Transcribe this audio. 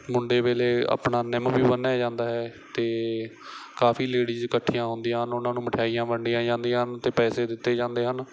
ਮੁੰਡੇ ਵੇਲੇ ਆਪਣਾ ਨਿੰਮ ਵੀ ਬੰਨਿਆ ਜਾਂਦਾ ਹੈ ਅਤੇ ਕਾਫ਼ੀ ਲੇਡੀਜ਼ ਇਕੱਠੀਆਂ ਹੁੰਦੀਆਂ ਹਨ ਉਹਨਾਂ ਨੂੰ ਮਿਠਾਈਆਂ ਵੰਡੀਆਂ ਜਾਂਦੀਆਂ ਅਤੇ ਪੈਸੇ ਦਿੱਤੇ ਜਾਂਦੇ ਹਨ